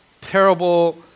terrible